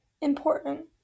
important